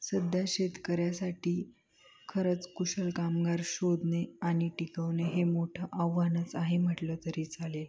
सध्या शेतकऱ्यासाठी खरंच कुशल कामगार शोधणे आणि टिकवणे हे मोठं आव्हानच आहे म्हटलं तरी चालेल